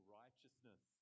righteousness